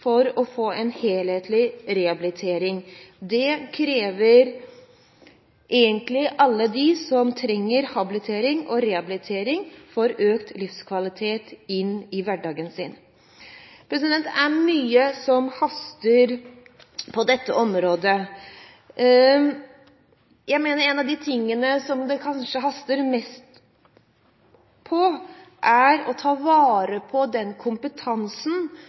for å få en helhetlig rehabilitering. Det krever egentlig alle de som trenger habilitering og rehabilitering, for økt livskvalitet inn i hverdagen sin. Det er mye som haster på dette området. En av de tingene som det kanskje haster mest med, er å ta vare på den kompetansen